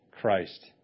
Christ